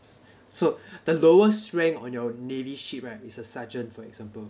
so the lowest rank on your navy ship right is a sergeant for example